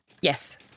Yes